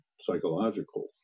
psychological